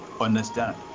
understand